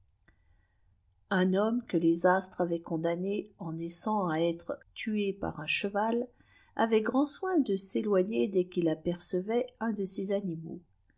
us homme pote lés litres avaient condamné en naissant à être tué par un cheval avait grand soin de s'éloigner dès qu'il apercemt mi de ces maux